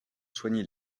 soigner